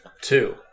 Two